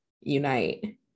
Unite